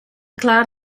cloud